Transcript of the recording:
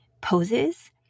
poses